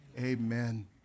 amen